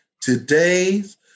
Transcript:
Today's